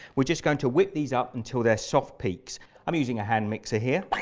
we're just going to whip these up until there soft peaks i'm using a hand mixer here